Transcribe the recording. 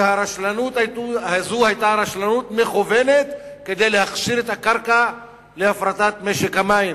שהרשלנות הזאת היתה רשלנות מכוונת כדי להכשיר את הקרקע להפרטת משק המים.